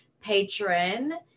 patron